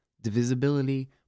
divisibility